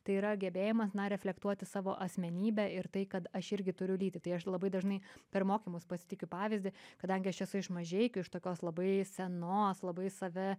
tai yra gebėjimas na reflektuoti savo asmenybę ir tai kad aš irgi turiu lytį tai aš labai dažnai per mokymus pasiteikiu pavyzdį kadangi aš esu iš mažeikių iš tokios labai senos labai save